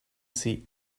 see